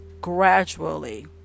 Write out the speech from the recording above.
gradually